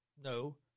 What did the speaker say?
No